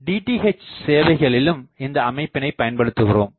DTH சேவைகளிலும் இந்த அமைப்பினை பயன்படுத்துகிறோம்